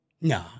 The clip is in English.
No